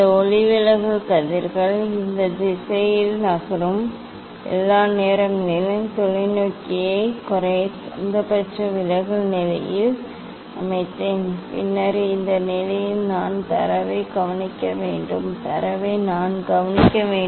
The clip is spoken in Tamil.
இந்த ஒளிவிலகல் கதிர்கள் இந்த திசையில் நகரும் எல்லா நேரங்களிலும் தொலைநோக்கியை குறைந்தபட்ச விலகல் நிலையில் அமைத்தேன் பின்னர் இந்த நிலையில் நான் தரவைக் கவனிக்க வேண்டும் தரவை நான் கவனிக்க வேண்டும்